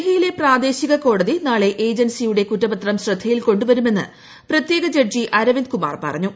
ഡൽഹിയിലെ പ്രാദേശിക കോടതി നാളെ ഏജൻസിയുടെ കുറ്റപത്രം ശ്രദ്ധയിൽ കൊണ്ടുവരുമെന്ന് പ്രത്യേക ജഡ്ജി അരവിന്ദ് കുമാർ പറഞ്ഞു